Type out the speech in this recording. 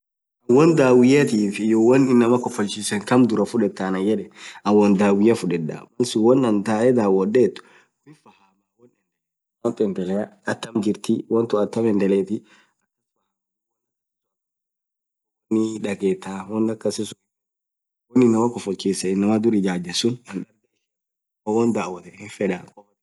won. dhawiatif won inamaa khofolchisen khamm dhurah fudhethaa anayedhe anin won dhawia fudheda malsun won anin taae dhawodhetu hinfahama won endelethu mathii endelea atham jirtiii won thuu atham endelethi akas fahamaa won akasisun akama fedha kuliko won dhagethaa won akasisun hinfedhu won inamaa khofolchisen sunn inamaa dhurah ijaje suuna anin dargaa ishia hinfedhuu won dhawothen hinfedha